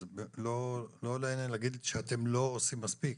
לא הכוונה להגיד שאתם לא עושים מספיק,